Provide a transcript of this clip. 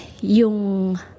yung